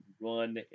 run